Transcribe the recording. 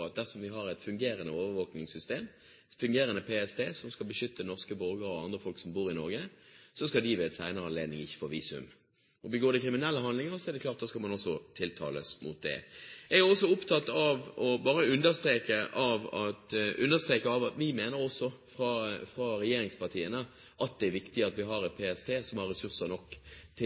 at dersom vi har et fungerende overvåkningssystem, et fungerende PST, som skal beskytte norske borgere og andre som bor i Norge, skal de ved en senere anledning ikke få visum. Begår de kriminelle handlinger, er det klart at da skal man også tiltales for det. Jeg er opptatt av å understreke at vi i regjeringspartiene også mener at det er viktig at vi har et PST som har ressurser nok til